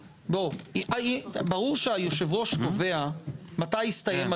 --- זמן להסתייגויות בסיטואציה הזאת של